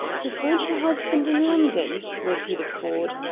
to find her husband in london? repeated ford.